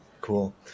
Cool